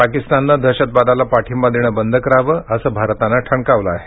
पाकिस्तानने दहशतवादाला पाठिंबा देणे बंद करावे असे भारताने ठणकावले आहे